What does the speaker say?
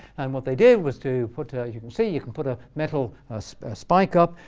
and what they did was to put, ah you can see, you can put a metal ah so spike up.